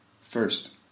First